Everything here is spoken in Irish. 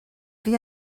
bhí